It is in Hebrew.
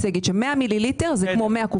100 מיליליטר, זה כמו 100 קופסאות.